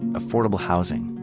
affordable housing,